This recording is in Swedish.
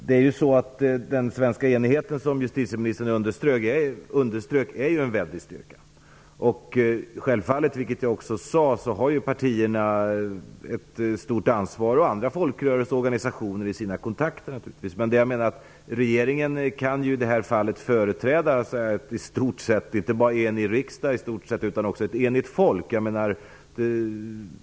Fru talman! Den svenska enigheten är, som justitieministern underströk, en väldig styrka. Självfallet har partierna och naturligtvis också andra folkrörelseorganisationer ett stor ansvar i sina kontakter, vilket jag också sade. Regeringen kan i det här fallet företräda inte bara en i stort sett enig riksdag utan också ett enigt folk.